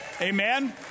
amen